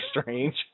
Strange